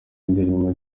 y’indirimbo